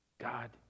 God